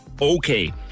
Okay